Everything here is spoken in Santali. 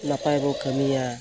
ᱱᱟᱯᱟᱭ ᱵᱚᱱ ᱠᱟᱹᱢᱤᱭᱟ